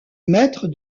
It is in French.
maître